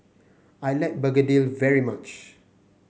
I like begedil very much